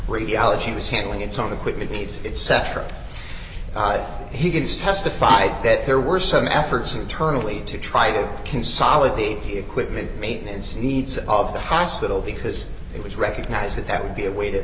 radiology was handling its own equipment needs etc he gives testified that there were some efforts internally to try to consolidate the equipment maintenance needs of the hospital because it was recognized that that would be a way that